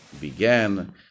began